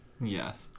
Yes